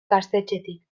gaztetxetik